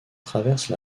traversent